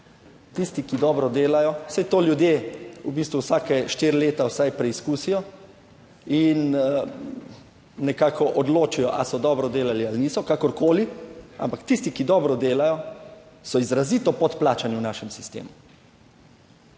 Tisti, ki dobro delajo, saj to ljudje v bistvu vsake štiri leta vsaj preizkusijo in nekako odločijo ali so dobro delali ali niso, kakorkoli, ampak tisti, ki dobro delajo so izrazito podplačani v našem sistemu.